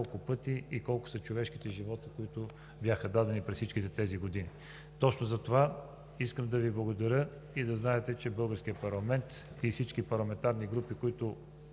Бяла, знаем колко са човешките животи, които бяха дадени през всичките тези години. Точно затова искам да Ви благодаря и да знаете, че българският парламент и всички парламентарни групи,